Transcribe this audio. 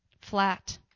Flat